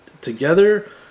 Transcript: together